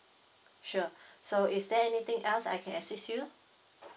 sure so is there anything else that I can assist you